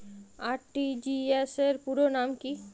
RTGS র পুরো নাম কি?